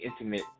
intimate